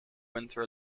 winter